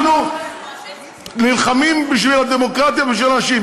אנחנו נלחמים בשביל הדמוקרטיה, בשביל האנשים.